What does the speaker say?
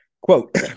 quote